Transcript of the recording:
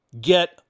get